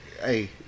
hey